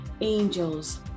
angels